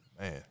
Man